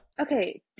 okay